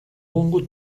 longo